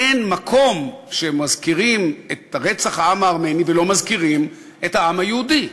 אין מקום שמזכירים בו את רצח העם הארמני ולא מזכירים את העם היהודי.